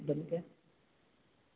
बंदि कयो